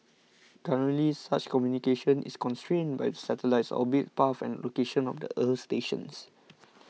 currently such communication is constrained by the satellite's orbit path and the location of the earth stations